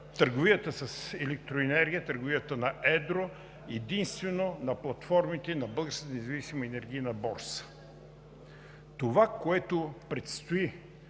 търговията с електроенергия, търговията на едро, единствено на платформите на Българската независима енергийна борса. Това, което предстои